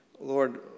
Lord